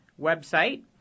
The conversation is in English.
website